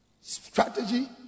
strategy